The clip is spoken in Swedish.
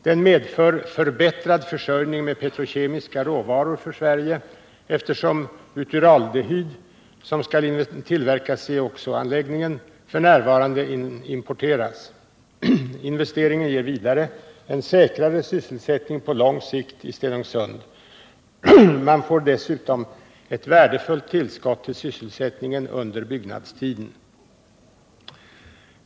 Den medför förbättrad försörjning med petrokemiska råvaror för Sverige eftersom butyraldehyden, som skall tillverkas i oxo-anläggningen, f.n. importeras. Investeringen ger vidare en säkrare sysselsättning på lång sikt i Stenungsund. Man får dessutom ett värdefullt tillskott till sysselsättningen under byggnadstiden.